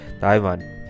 Taiwan